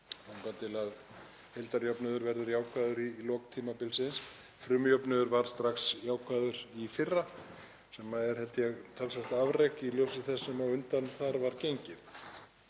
þangað til að heildarjöfnuður verður jákvæður í lok tímabilsins. Frumjöfnuður var strax jákvæður í fyrra sem er held ég talsvert afrek í ljósi þess sem á undan var gengið.